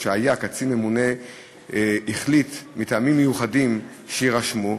שקצין ממונה החליט, מטעמים מיוחדים שיירשמו,